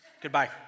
Goodbye